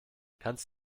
kannst